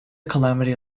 calamity